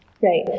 Right